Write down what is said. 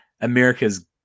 america's